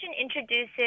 introduces